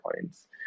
points